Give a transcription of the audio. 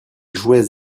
jouait